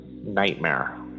Nightmare